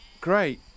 Great